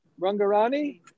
Rangarani